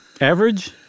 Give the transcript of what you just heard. average